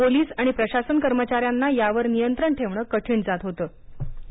police आणि प्रशासन कर्मचाऱ्यांना यावर नियंत्रण ठेवणं कठीण जात होतं